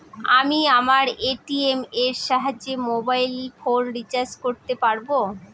আমি আমার এ.টি.এম এর সাহায্যে মোবাইল ফোন রিচার্জ করতে পারব?